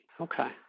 Okay